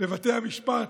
לבתי המשפט,